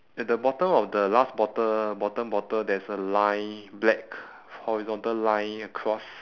at the bottom of the last bottle bottom bottle there is a line black horizontal line across